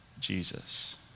Jesus